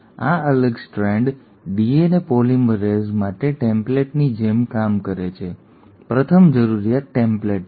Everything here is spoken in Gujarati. તેથી આ અલગ સ્ટ્રાન્ડ ડીએનએ પોલિમરેઝ માટે ટેમ્પલેટની જેમ કામ કરે છે પ્રથમ જરૂરિયાત ટેમ્પલેટ છે